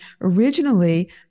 originally